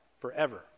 forever